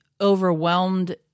overwhelmed